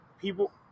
people